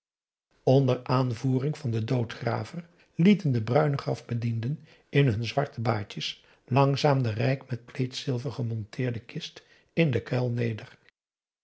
onder aanvoering van den doodgraver lieten de bruine grafbedienden in hun zwarte baadjes langzaam de rijk met pleet zilver gemonteerde kist in den kuil neder